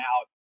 out